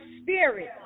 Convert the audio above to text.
spirit